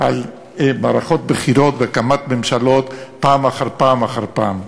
על מערכות בחירות והקמת ממשלות פעם אחר פעם אחר פעם.